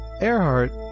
Earhart